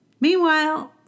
Meanwhile